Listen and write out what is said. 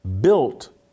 built